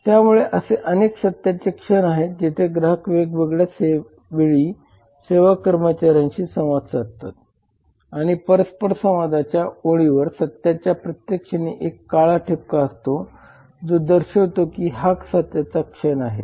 त्यामुळे असे अनेक सत्याचे क्षण आहेत जेथे ग्राहक वेगवेगळ्या वेळी सेवा कर्मचाऱ्यांशी संवाद साधतात आणि परस्परसंवादाच्या ओळीवर सत्याच्या प्रत्येक क्षणी एक काळा ठिपका असतो जो दर्शवतो की हा सत्याचा क्षण आहे